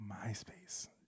MySpace